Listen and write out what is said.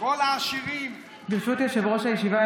ברשות יושב-ראש הישיבה,